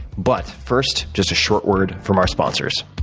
but first, just a short word from our sponsors.